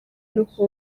n’uko